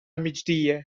migdia